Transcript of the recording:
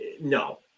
no